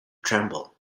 tremble